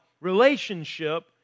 relationship